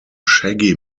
shaggy